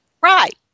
Right